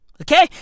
Okay